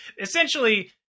Essentially